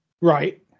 Right